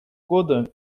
года